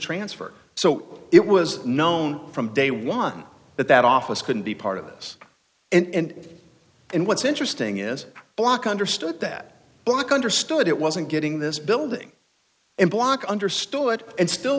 transfer so it was known from day one that that office couldn't be part of this and what's interesting is block understood that black understood it wasn't getting this building block understood and still